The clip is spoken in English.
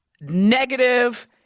negative